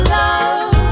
love